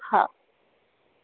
हा